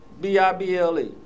B-I-B-L-E